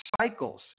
cycles